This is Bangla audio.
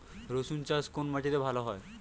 রুসুন চাষ কোন মাটিতে ভালো হয়?